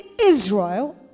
Israel